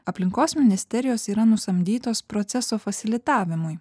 aplinkos ministerijos yra nusamdytos proceso fasilitavimui